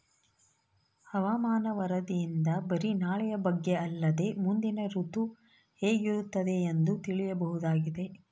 ಹವಾಮಾನ ವರದಿಯಿಂದ ಬರಿ ನಾಳೆಯ ಬಗ್ಗೆ ಅಲ್ಲದೆ ಮುಂದಿನ ಋತು ಹೇಗಿರುತ್ತದೆಯೆಂದು ತಿಳಿಯಬಹುದಾಗಿದೆ